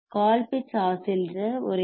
Colpitts oscillator ஒரு L